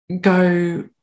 go